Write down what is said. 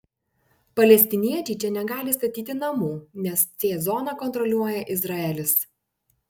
palestiniečiai čia negali statyti namų nes c zoną kontroliuoja izraelis